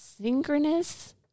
Synchronous